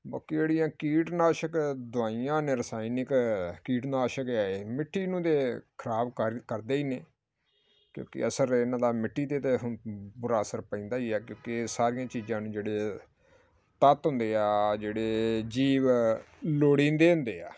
ਬਾਕੀ ਜਿਹੜੀਆਂ ਕੀਟਨਾਸ਼ਕ ਦਵਾਈਆਂ ਨੇ ਰਸਾਇਨਿਕ ਕੀਟਨਾਸ਼ਕ ਹੈ ਇਹ ਮਿੱਟੀ ਨੂੰ ਤਾਂ ਖਰਾਬ ਕਰ ਕਰਦੇ ਹੀ ਨੇ ਕਿਉਂਕਿ ਅਸਰ ਇਹਨਾਂ ਦਾ ਮਿੱਟੀ ਦੇ 'ਤੇ ਹੁ ਬੁਰਾ ਅਸਰ ਪੈਂਦਾ ਹੀ ਹੈ ਕਿਉਂਕਿ ਇਹ ਸਾਰੀਆਂ ਚੀਜ਼ਾਂ ਨੂੰ ਜਿਹੜੇ ਤੱਤ ਹੁੰਦੇ ਆ ਜਿਹੜੇ ਜੀਵ ਲੋੜੀਂਦੇ ਹੁੰਦੇ ਆ